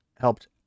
helped